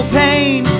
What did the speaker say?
pain